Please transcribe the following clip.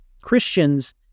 Christians